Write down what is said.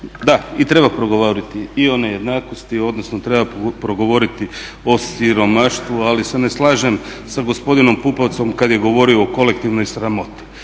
Da, treba progovoriti i o nejednakosti odnosno treba progovoriti o siromaštvu. Ali se ne slažem sa gospodinom Pupovcem kad je govorio o kolektivnoj sramoti.